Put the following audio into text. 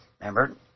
Remember